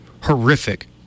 horrific